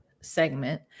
segment